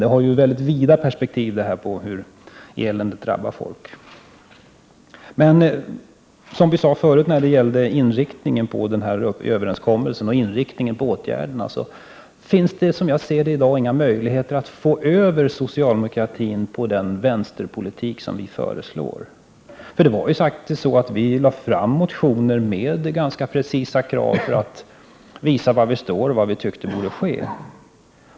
Frågan om hur eländet drabbar folk har ju mycket vida perspektiv. Som vi tidigare sade när det gäller inriktningen på den här överenskommelsen och på åtgärderna, finns det — som jag ser det i dag — inte några möjligheter att få över socialdemokratin till den vänsterpolitik som vi företräder. Vi har faktiskt avgivit motioner med ganska precisa krav för att visa var vi står och vad vi tycker bör ske.